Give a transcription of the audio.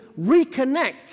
reconnect